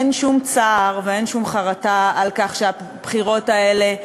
אין שום צער ואין שום חרטה על כך שהבחירות האלה הוקדמו.